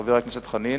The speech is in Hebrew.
חבר הכנסת חנין,